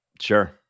sure